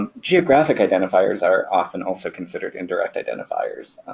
and geographic identifiers are often also considered indirect identifiers.